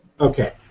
Okay